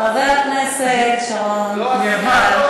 חבר הכנסת שרון גל, לא עשית, לא שינית.